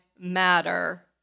matter